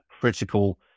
critical